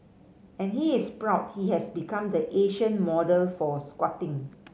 and he is proud he has become the Asian model for squatting